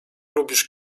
lubisz